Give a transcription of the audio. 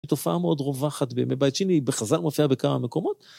תופעה מאוד רווחת בימי בית שני בחז"ל מופיעה בכמה מקומות.